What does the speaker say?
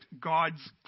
God's